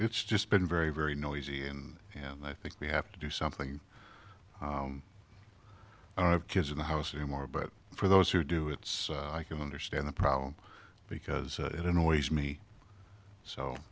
it's just been very very noisy and and i think we have to do something i don't have kids in the house anymore but for those who do it's i can understand the problem because it annoys me so